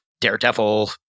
daredevil